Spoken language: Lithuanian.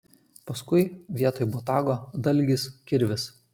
paskui vietoj botago dalgis kirvis